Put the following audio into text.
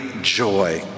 joy